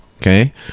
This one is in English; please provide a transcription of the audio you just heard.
okay